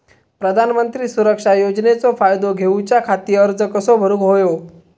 प्रधानमंत्री सुरक्षा योजनेचो फायदो घेऊच्या खाती अर्ज कसो भरुक होयो?